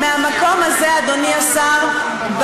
אדוני השר,